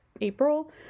April